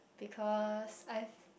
because I've